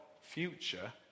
future